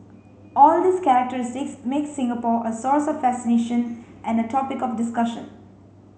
all these characteristics make Singapore a source of fascination and a topic of discussion